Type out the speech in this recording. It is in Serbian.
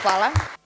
Hvala.